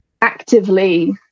actively